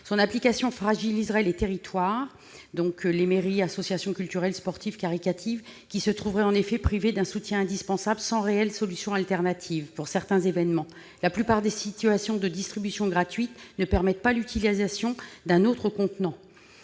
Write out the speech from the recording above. Son application fragiliserait les territoires ; les mairies et les associations culturelles, sportives ou caritatives se trouveraient en effet privées d'un soutien indispensable sans réelle solution de remplacement pour leurs événements. La plupart des situations de distribution gratuite ne permettent pas l'utilisation d'un autre contenant.